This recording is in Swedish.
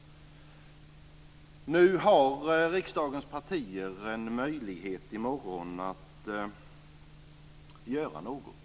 Nu har riksdagens partier i morgon en möjlighet att göra något.